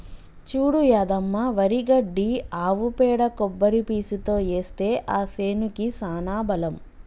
చూడు యాదమ్మ వరి గడ్డి ఆవు పేడ కొబ్బరి పీసుతో ఏస్తే ఆ సేనుకి సానా బలం